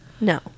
No